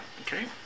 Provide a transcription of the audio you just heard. Okay